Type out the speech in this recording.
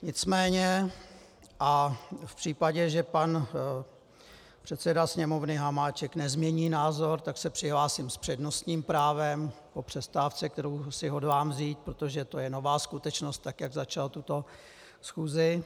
Nicméně v případě, že pan předseda Sněmovny Hamáček nezmění názor, tak se přihlásím s přednostním právem po přestávce, kterou si hodlám vzít, protože to je nová skutečnost, tak jak začal tuto schůzi.